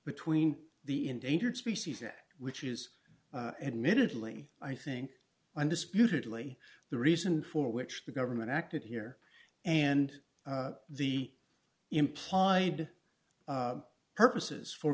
between the endangered species act which is admittedly i think undisputedly the reason for which the government acted here and the implied purposes for